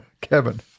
kevin